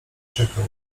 czekał